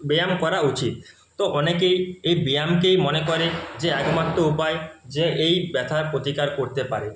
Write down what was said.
ব্যায়াম করা উচিত তো অনেকেই এই ব্যায়ামকেই মনে করে যে একমাত্র উপায় যে এই ব্যথার প্রতিকার করতে পারে